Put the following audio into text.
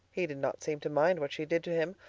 he did not seem to mind what she did to him,